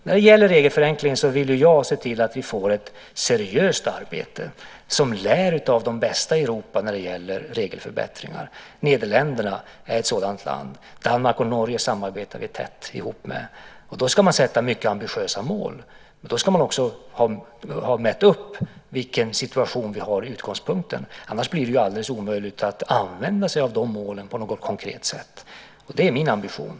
När det gäller regelförenkling vill jag ju se till att vi får ett seriöst arbete som lär av de bästa i Europa när det gäller regelförbättringar. Nederländerna är ett sådant land. Danmark och Norge samarbetar vi tätt med. Då ska man sätta upp mycket ambitiösa mål, men då ska man också ha mätt upp vilken situation vi har i utgångspunkten. Annars blir det ju alldeles omöjligt att använda sig av de målen på något konkret sätt. Det är min ambition.